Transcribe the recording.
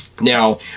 now